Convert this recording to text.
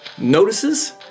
notices